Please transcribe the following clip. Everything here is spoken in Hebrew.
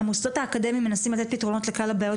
המוסדות האקדמיים מנסים לתת פתרונות לכלל הבעיות,